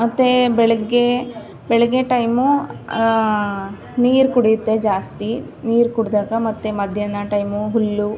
ಮತ್ತೆ ಬೆಳಗ್ಗೆ ಬೆಳಗ್ಗೆ ಟೈಮೂ ನೀರು ಕುಡಿಯುತ್ತೆ ಜಾಸ್ತಿ ನೀರು ಕುಡ್ದಾಗ ಮತ್ತು ಮಧ್ಯಾಹ್ನ ಟೈಮೂ ಹುಲ್ಲು